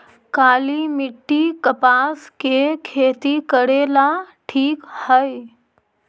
काली मिट्टी, कपास के खेती करेला ठिक हइ?